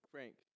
Frank